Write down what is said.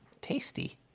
tasty